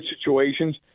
situations